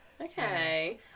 Okay